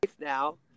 now